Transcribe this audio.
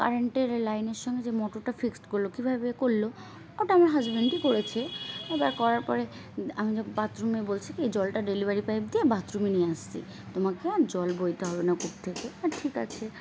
কারেন্টের লাইনের সঙ্গে যে মোটরটা ফিক্সড করলো কীভাবে করলো ওটা আমার হাজব্যান্ডই করেছে এবার করার পরে আমি যখন বাথরুমে বলছি কি জলটা ডেলিভারি পাইপ দিয়ে বাথরুমে নিয়ে আসছি তোমাকে আর জল বইতে হবে না কূপ থেকে আর ঠিক আছে